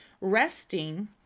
resting